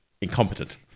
incompetent